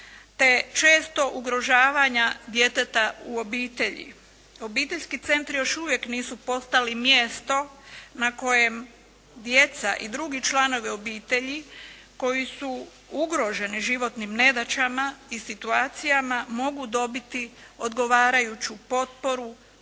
te često ugrožavanja djeteta u obitelji. Obiteljski centri još uvijek nisu postali mjesto na kojem djeca i drugi članovi obitelji koji su ugroženi životnim nedaćama i situacijama mogu dobiti odgovarajuću potporu,